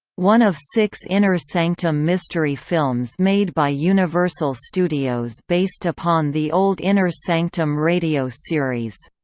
one of six inner sanctum mystery films made by universal studios based upon the old inner sanctum radio series.